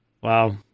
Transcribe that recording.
Wow